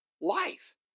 life